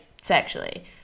sexually